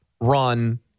run